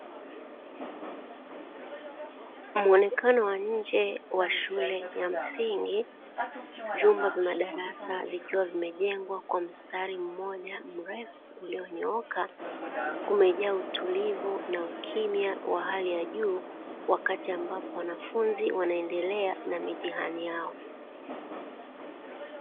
Muonekano wa nje wa shule ya msingi, vyumba vya madarasa vikiwa vimejengwa kwa mstari mmoja mrefu ulionyooka umejaa utulivu, na ukimya wa hali ya juu, wakati ambapo wanafunzi wanaendelea na mitihani yao.